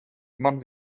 man